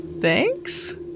Thanks